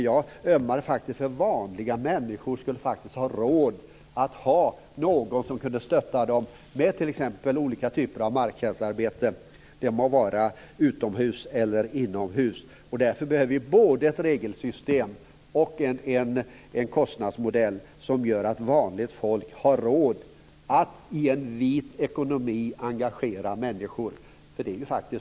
Jag ömmar faktiskt för att vanliga människor ska ha råd att ha någon som kan stötta dem med t.ex. olika typer av marktjänstarbete, det må vara utomhus eller inomhus. Därför behöver vi både ett regelsystem och en kostnadsmodell som gör att vanligt folk har råd att engagera människor i en vit ekonomi.